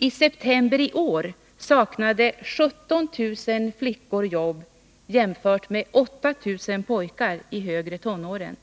I september i år saknade 17 000 flickor jobb jämfört med 8 000 pojkar i de högre tonåren.